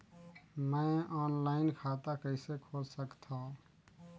मैं ऑनलाइन खाता कइसे खोल सकथव?